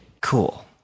Cool